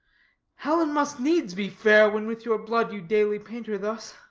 helen must needs be fair, when with your blood you daily paint her thus.